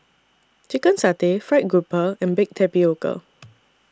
Chicken Satay Fried Grouper and Baked Tapioca